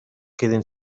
quedin